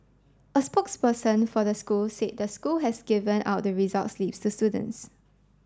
a spokesperson for the school say the school has given out the results slips to students